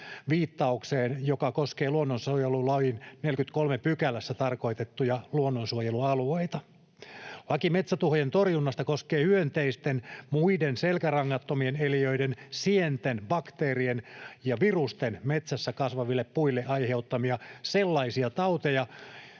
viittaukseen, joka koskee luonnonsuojelulain 43 §:ssä tarkoitettuja luonnonsuojelualueita. Laki metsätuhojen torjunnasta koskee hyönteisten, muiden selkärangattomien eliöiden, sienten, bakteerien ja virusten metsässä kasvaville puille aiheuttamia sellaisia tauteja